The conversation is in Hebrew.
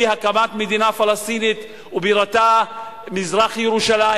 היא הקמת מדינה פלסטינית ובירתה מזרח-ירושלים,